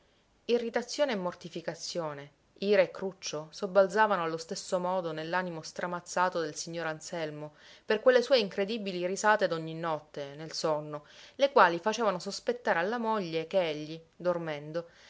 e mortificazione ira e cruccio sobbalzavano allo stesso modo nell'animo stramazzato del signor anselmo per quelle sue incredibili risate d'ogni notte nel sonno le quali facevano sospettare alla moglie che egli dormendo